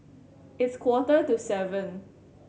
its quarter to seven